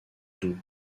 doubs